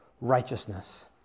righteousness